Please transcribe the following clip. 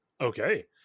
Okay